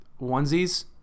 onesies